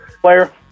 Player